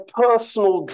personal